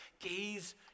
Gaze